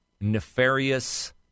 nefarious